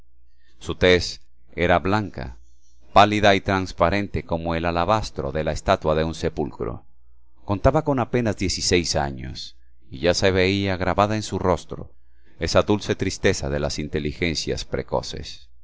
su tez era blanca pálida y transparente como el alabastro de la estatua de un sepulcro contaba apenas dieciséis años y ya se veía grabada en su rostro esa dulce tristeza de las inteligencias precoces